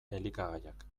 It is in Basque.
elikagaiak